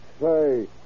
Say